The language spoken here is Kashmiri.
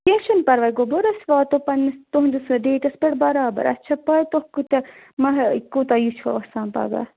کیٚنٛہہ چھُنہٕ پَرواے گوٚو بہٕ أسۍ واتو پنٛنِس تُہٕنٛدِس ڈیٹَس پٮ۪ٹھ برابر اَسہِ چھا پاے تُہۍ کوٗتاہ کوٗتاہ یہِ چھُو آسان پَگاہ